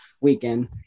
weekend